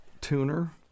tuner